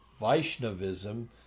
Vaishnavism